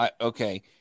Okay